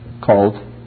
called